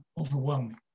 Overwhelming